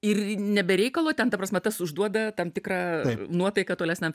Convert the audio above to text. ir ne be reikalo ten ta prasme tas užduoda tam tikrą nuotaiką tolesniam